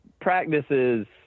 practices